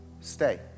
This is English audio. stay